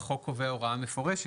החוק קובע הוראה מפורשת,